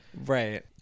Right